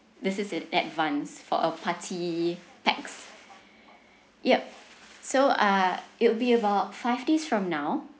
this is an advanced for a party pax yup so uh it'll be about five days from now